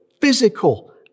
physical